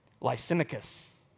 Lysimachus